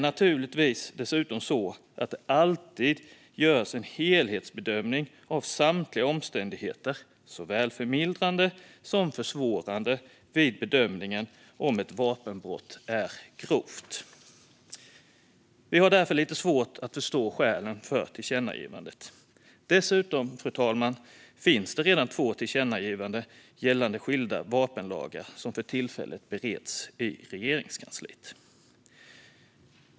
Naturligtvis görs det alltid en helhetsbedömning av samtliga omständigheter, såväl förmildrande som försvårande, vid bedömningen av om ett vapenbrott är grovt. Vi har därför lite svårt att förstå skälen för tillkännagivandet. Dessutom, fru talman, finns redan två tillkännagivanden gällande skilda vapenlagar som för tillfället bereds i Regeringskansliet.